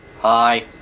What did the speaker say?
Hi